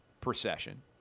procession